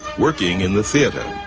working in the theatre,